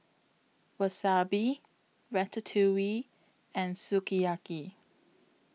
Wasabi Ratatouille and Sukiyaki